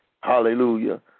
Hallelujah